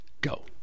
go